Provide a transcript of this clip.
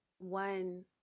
One